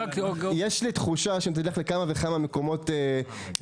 יש לי תחושה שאם תלך לכמה וכמה מקומות עבודה